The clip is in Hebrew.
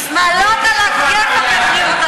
מהחרדים?